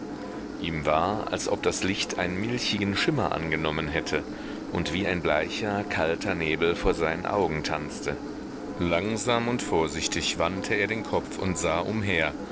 ihm war als ob das licht einen milchigen schimmer angenommen hätte und wie ein bleicher kalter nebel vor seinen augen tanzte langsam und vorsichtig wandte er den kopf und sah umher